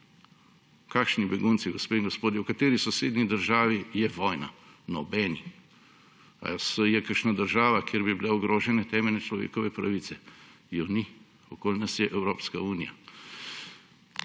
Kakšni begunci?! Gospe in gospodje, v kateri sosednji državi je vojna? Nobeni. Ali je kakšna država, kjer bi bile ogrožene temeljne človekove pravice? Je ni. Okoli nas je Evropska unija.